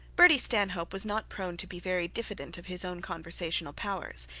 bertie stanhope was not prone to be very diffident of his own conversational powers,